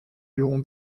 luron